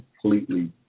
completely